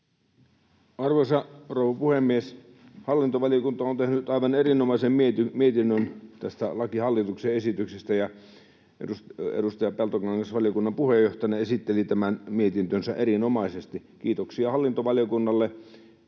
Arvoisa rouva puhemies! Hallintovaliokunta on tehnyt aivan erinomaisen mietinnön tästä hallituksen esityksestä, ja edustaja Peltokangas valiokunnan puheenjohtajana esitteli tämän mietintönsä erinomaisesti. Kiitoksia hallintovaliokunnalle